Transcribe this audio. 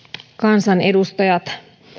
kansanedustajat